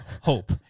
hope